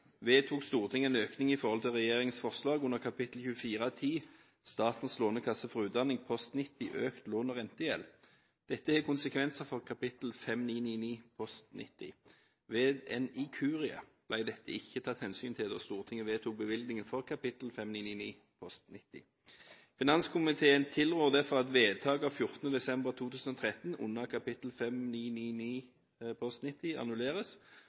vedtok Stortinget en økning i forhold til regjeringens forslag under Kap. 2410, Statens lånekasse for utdanning, post 90, økt lån og rentegjeld. Dette har konsekvenser for Kap. 5999 post 90. Ved en inkurie ble dette ikke tatt hensyn til da Stortinget vedtok bevilgninger for Kap. 5999 post 90. Finanskomiteen tilrår derfor at vedtaket av 14. desember 2012 under Kap. 5999 post 90, annulleres, og at Kap. 5999, post 90, bevilges 124 722 009 000 kr for 2013.